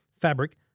fabric